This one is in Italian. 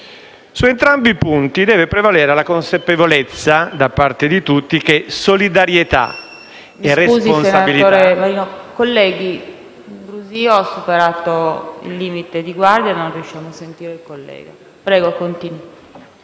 su entrambi i punti deve prevalere la consapevolezza, da parte di tutti, che solidarietà e responsabilità... *(Brusio).* PRESIDENTE. Colleghi, il brusio ha superato il limite di guardia e non riusciamo a sentire il collega che parla.